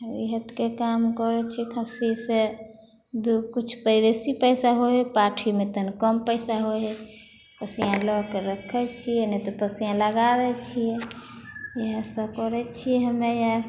इएह काम करै छियै खस्सी से दू किछु बेसी पैसा होइ हइ पाठीमे तनी कम पैसा होइ हइ पोसिया लऽके रक्खै छियै नहि तऽ पोसिया लगा दै छियै इएह सब करै छियै हम्मे आर